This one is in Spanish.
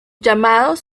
llamados